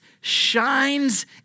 shines